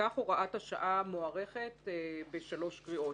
וכך הוראת השעה מוארכת בשלוש קריאות.